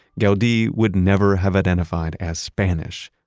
gaudi would never have identified as spanish.